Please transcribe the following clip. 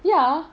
ya